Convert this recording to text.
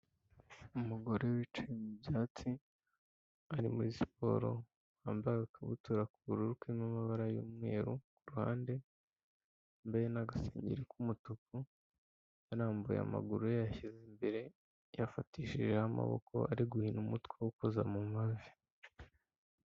Umugore wicaye mu byatsi ari muri siporo wambaye agakabutura k'ubururu karimo amabara y'umweru, ku ruhande wambaye n'agasengeri k'umutuku, yarambuye amaguru ye yayashyize imbere, yafatishijeho amaboko ari guhina umutwe awukoza mu mavi.